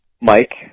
Mike